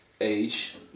age